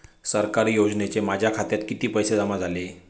सरकारी योजनेचे माझ्या खात्यात किती पैसे जमा झाले?